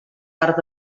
part